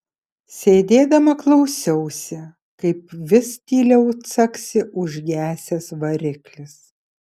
sėdėdama klausiausi kaip vis tyliau caksi užgesęs variklis